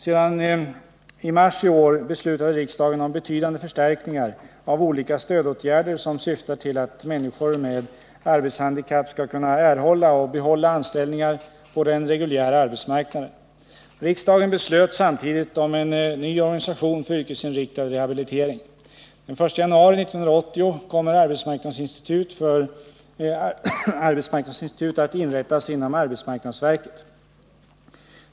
Senast i mars i år beslutade riksdagen om betydande förstärkningar av olika stödåtgärder som syftar till att människor med arbetshandikapp skall kunna erhålla och behålla anställningar på den reguljära arbetsmarknaden. Riksdagen beslöt samtidigt om en ny organisation för yrkesinriktad rehabilitering. Den 1 januari 1980 kommer arbetsmarknadsinstitut att inrättas inom arbetsmarknadsverket.